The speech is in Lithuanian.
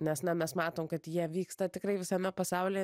nes na mes matom kad jie vyksta tikrai visame pasaulyje